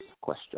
question